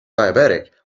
diabetic